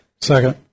second